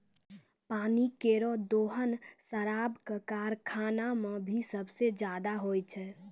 पानी केरो दोहन शराब क कारखाना म भी सबसें जादा होय छै